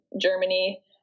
Germany